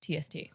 TST